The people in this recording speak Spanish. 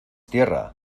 tierra